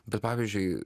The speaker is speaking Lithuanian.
bet pavyzdžiui